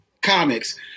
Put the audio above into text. Comics